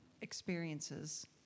experiences